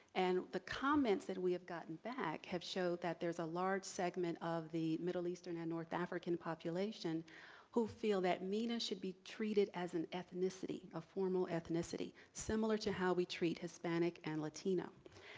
and the comments that we have gotten back have showed that there is a large segment of the middle eastern and north african population who feel that mena should be treated as and a form of ethnicity similar to how we treat hispanic and latino.